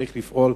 צריך לפעול.